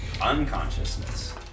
unconsciousness